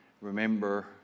Remember